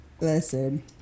Listen